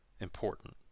important